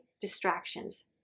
distractions